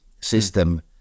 System